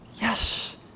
Yes